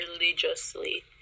religiously